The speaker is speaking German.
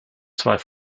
zwei